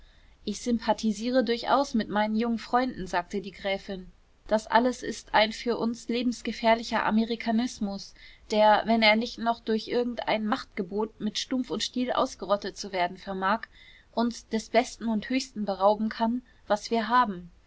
ich sympathisiere durchaus mit meinen jungen freunden sagte die gräfin das alles ist ein für uns lebensgefährlicher amerikanismus der wenn er nicht noch durch irgendein machtgebot mit stumpf und stiel ausgerottet zu werden vermag uns des besten und höchsten berauben kann was wir haben